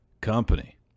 Company